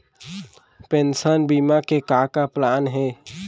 Pension बीमा के का का प्लान हे?